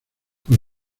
por